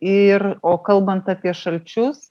ir o kalbant apie šalčius